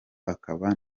akaba